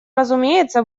разумеется